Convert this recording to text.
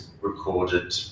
recorded